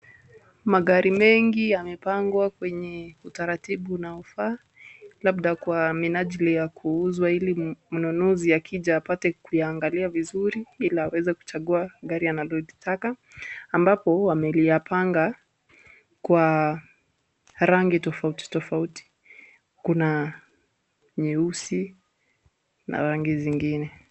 Magari mengi yamepangwa kwenye utaratibu unaofaa labda kwa minajili ya kuuzwa ili mnunuzi akija apate kuyaangalia vizuri ili aweze kuchagua gari analotaka. ambapo wamepanga kwa rangi tofauti tofauti. Kuna nyeusi na rangi zingine.